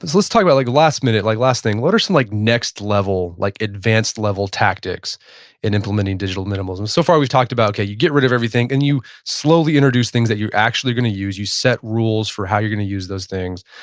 let's talk about like last minute, like last thing. what are some like next-level, like advanced-level tactics in implementing digital minimalism? so far we've talked about, okay, you get rid of everything and you slowly introduce things that you're actually going to use. you set rules for how you're going to use those things.